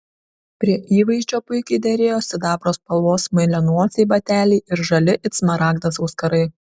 prie įvaizdžio puikiai derėjo sidabro spalvos smailianosiai bateliai ir žali it smaragdas auskarai